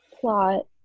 plot